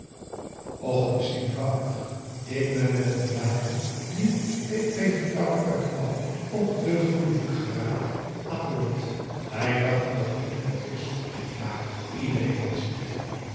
och het is eenvoudig ik ben met een dame die p p getrouwd uitkwam op te goeden voet geraakt aan boord wij dachten dat niemand het wist maar iedereen wist het